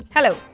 Hello